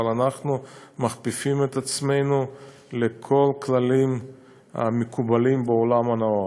אבל אנחנו מכפיפים את עצמנו לכל הכללים המקובלים בעולם הנאור.